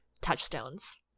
touchstones